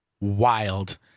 Wild